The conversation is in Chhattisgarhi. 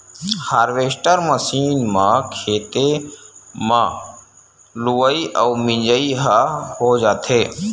हारवेस्टर मषीन म खेते म लुवई अउ मिजई ह हो जाथे